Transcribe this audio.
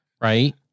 right